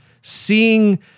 seeing